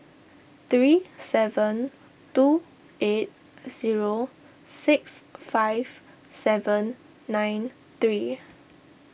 three seven two eight zero six five seven nine three